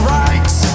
rights